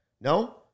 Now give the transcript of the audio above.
No